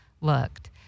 looked